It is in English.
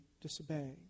disobeying